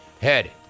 Head